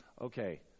okay